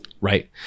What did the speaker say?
Right